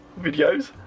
videos